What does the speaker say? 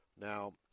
Now